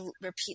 repeat